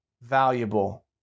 valuable